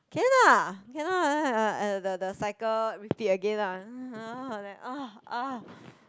okay lah cannot like that the the cycle repeat again lah